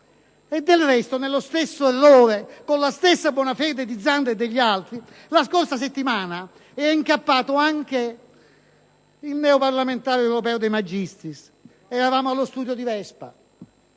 del resto, nello stesso errore, con la stessa buona fede di Zanda e degli altri, la scorsa settimana è incappato anche il neoparlamentare europeo De Magistris: eravamo nello studio televisivo